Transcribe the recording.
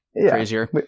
crazier